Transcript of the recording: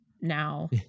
now